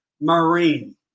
Marine